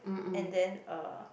and then uh